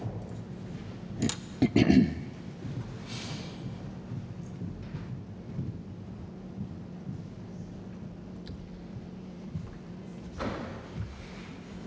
Tak